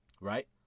Right